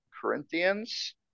Corinthians